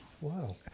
Wow